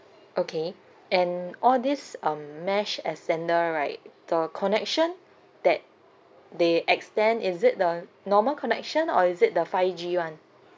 okay and all these um mesh extender right the connection that they extend is it the normal connection or is it the five G one